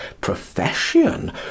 profession